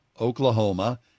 Oklahoma